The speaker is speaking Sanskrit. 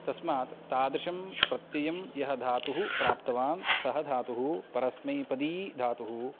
तस्मात् तादृशं प्रत्ययं यः धातुः प्राप्तवान् सः धातुः परस्मैपदी धातुः